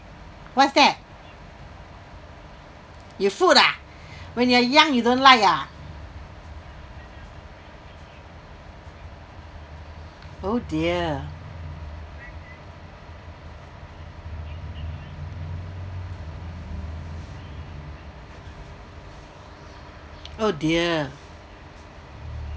what's that your food ah when you are young you don't like ah oh dear oh dear